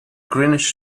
greenish